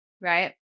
right